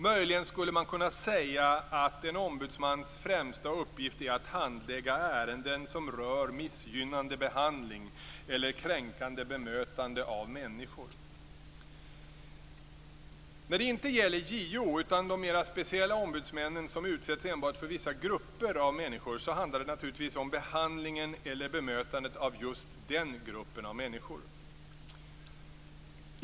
Möjligen skulle man kunna säga att en ombudsmans främsta uppgift är att handlägga ärenden som rör missgynnande behandling eller kränkande bemötande av människor. När det inte gäller JO utan de mera speciella ombudsmännen som utsetts enbart för vissa grupper av människor handlar det naturligtvis om behandlingen eller bemötandet av just den gruppen av människor.